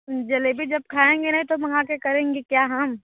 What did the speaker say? जलेबी जब खाएंगे नहीं तो मंगा के करेंगे क्या हम